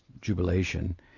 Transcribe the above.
jubilation